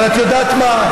אבל את יודעת מה?